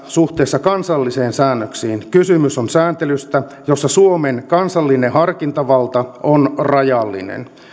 suhteessa kansallisiin säännöksiin kysymys on sääntelystä jossa suomen kansallinen harkintavalta on rajallinen